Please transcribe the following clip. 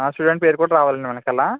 student పేరు కూడా రావాలా అండి వెనకాల